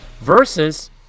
versus